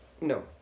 No